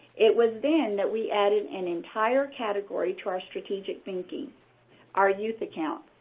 it was then that we added an entire category to our strategic thinking our youth accounts.